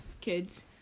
kids